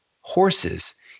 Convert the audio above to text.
horses